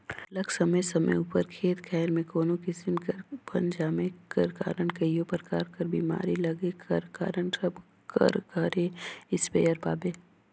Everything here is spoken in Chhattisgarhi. सरलग समे समे उपर खेत खाएर में कोनो किसिम कर बन जामे कर कारन कइयो परकार कर बेमारी लगे कर कारन सब कर घरे इस्पेयर पाबे